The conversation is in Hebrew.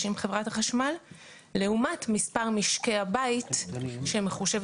עם חברת החשמל לעומת מספר משקי הבית שמחושבים,